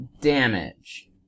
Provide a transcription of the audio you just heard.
damage